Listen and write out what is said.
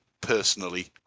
personally